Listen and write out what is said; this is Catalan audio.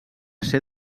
ser